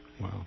Wow